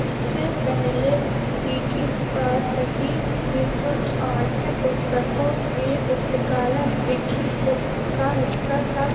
इससे पहले विकिवर्सिटी निशुल्क पाठ्यपुस्तकों के पुस्तकालय भी की भुक्स का हिस्सा था